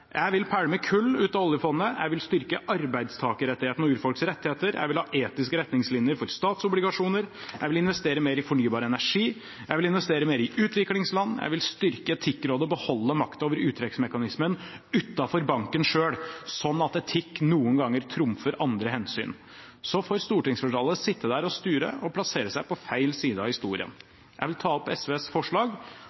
jeg vil pælme kull ut av oljefondet, jeg vil styrke arbeidstakerrettighetene og urfolks rettigheter, jeg vil ha etiske retningslinjer for statsobligasjoner, jeg vil investere mer i fornybar energi, jeg vil investere mer i utviklingsland, og jeg vil styrke Etikkrådet og beholde makten over uttrekksmekanismen utenfor banken selv, slik at etikk noen ganger trumfer andre hensyn. Så får stortingsflertallet sitte der og sture og plassere seg på feil side av historien.